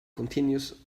continues